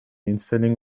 instelling